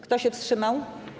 Kto się wstrzymał?